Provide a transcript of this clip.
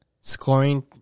scoring